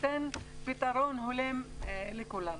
שתיתן פתרון הולם לכולנו.